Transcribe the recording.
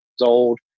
old